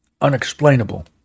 unexplainable